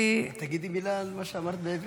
--- תגידי מילה על מה שאמרת בעברית.